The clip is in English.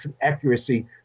accuracy